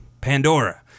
Pandora